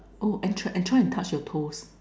oh and try and try to touch your toes